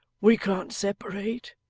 we can't separate.